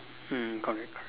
mm correct